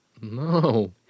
No